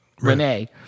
Renee